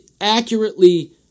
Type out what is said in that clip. Accurately